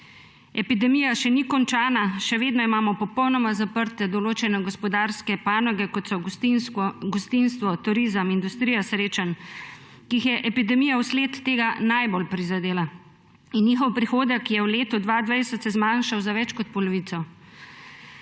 Epidemija še ni končana. Še vedno imamo popolnoma zaprte določene gospodarske panoge, kot so gostinstvo, turizem, industrija srečanj, ki jih je epidemija najbolj prizadela in njihov prihodek se je v letu 2020 zmanjšal za več kot polovico.